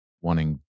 wanting